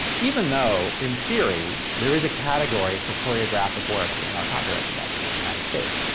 even though in theory, there is a category for choreographic works in our copyright statute in the united states.